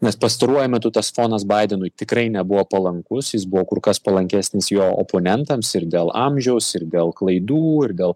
nes pastaruoju metu tas fonas baidenui tikrai nebuvo palankus jis buvo kur kas palankesnis jo oponentams ir dėl amžiaus ir dėl klaidų ir dėl